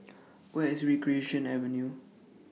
Where IS Recreation Avenue